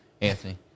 Anthony